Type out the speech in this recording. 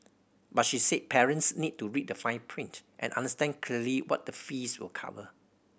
but she said parents need to read the fine print and understand clearly what the fees will cover